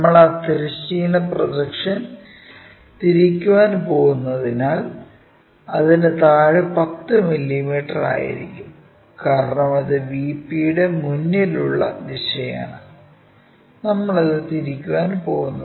നമ്മൾ ആ തിരശ്ചീന പ്രൊജക്ഷൻ തിരിക്കാൻ പോകുന്നതിനാൽ അതിന് താഴെ 10 മില്ലീമീറ്റർ ആയിരിക്കും കാരണം അത് VPയുടെ മുന്നിലുള്ള ദിശയാണ് നമ്മൾ അത് തിരിക്കാൻ പോകുന്നത്